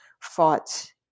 fought